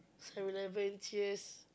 Seven-Eleven Cheers